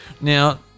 Now